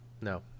no